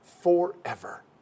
forever